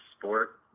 sport